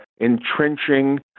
entrenching